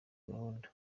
gahunda